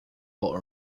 for